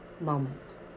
moment